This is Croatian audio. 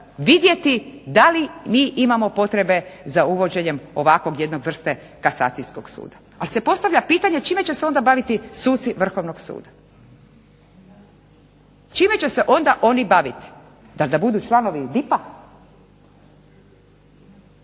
vidjeti da li mi imamo potrebe za uvođenjem ovakve jedne vrste kasacijskog suda. Ali se postavlja pitanje čime će se onda baviti suci Vrhovnog suda, čime će se onda oni baviti. Zar da budu članovi DIP-a?